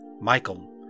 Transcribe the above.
Michael